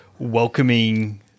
welcoming